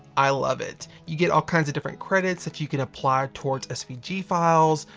i love it. you get all kinds of different credits that you can apply towards svg files,